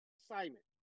assignment